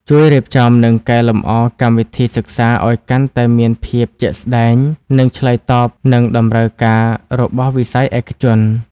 ជួយរៀបចំ និងកែលម្អកម្មវិធីសិក្សាឲ្យកាន់តែមានភាពជាក់ស្តែង និងឆ្លើយតបនឹងតម្រូវការរបស់វិស័យឯកជន។